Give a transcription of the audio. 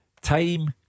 time